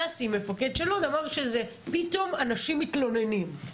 ששי, שפתאום אנשים מתלוננים.